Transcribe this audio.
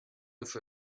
for